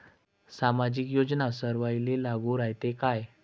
सामाजिक योजना सर्वाईले लागू रायते काय?